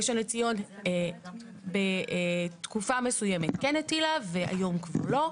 ראשון לציון בתקופה מסוימת כן הטילה והיום כבר לא.